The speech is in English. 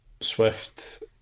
Swift